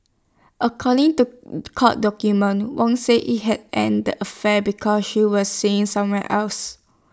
according to court documents Wong said he had ended the affair because she was seeing somewhere else